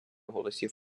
голосів